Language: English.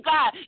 God